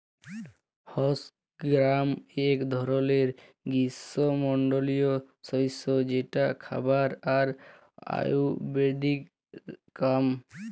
horse gram এক ধরলের গ্রীস্মমন্ডলীয় শস্য যেটা খাবার আর আয়ুর্বেদের কাম